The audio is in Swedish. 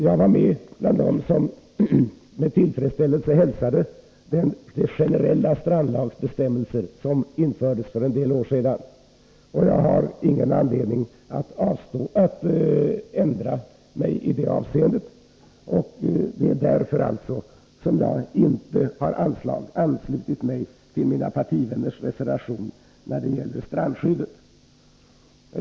Jag var en av dem som med tillfredsställelse hälsade de generella strandlagsbestämmelser som infördes för en del år sedan, och jag har ingen anledning att ändra mig i det avseendet. Det är därför jag inte har anslutit mig till mina partivänners reservation när det gäller strandskyddet.